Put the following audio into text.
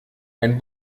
ein